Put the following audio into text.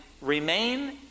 remain